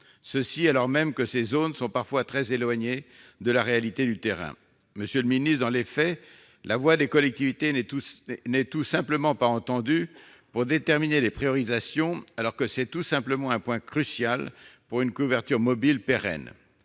alors même que ces zones sont parfois très éloignées de la réalité du terrain. Dans les faits, la voix des collectivités n'est tout simplement pas entendue pour déterminer les « priorisations », alors que c'est tout simplement un point crucial pour une couverture mobile pérenne.